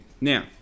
Now